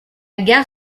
gare